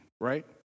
right